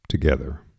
together